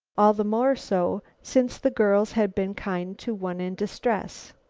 all the more so since the girls had been kind to one in distress.